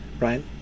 right